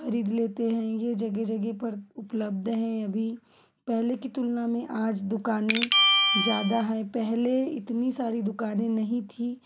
ख़रीद लेते हैं यह जगह जगह पर उपलब्ध हैं अभी पहले की तुलना में आज दुकाने ज़्यादा है पहले इतनी सारी दुकाने नहीं थी